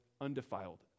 undefiled